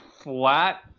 flat